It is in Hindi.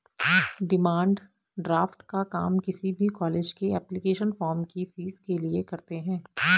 डिमांड ड्राफ्ट का काम किसी भी कॉलेज के एप्लीकेशन फॉर्म की फीस के लिए करते है